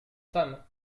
femmes